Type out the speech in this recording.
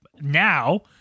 now